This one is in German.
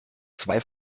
zwei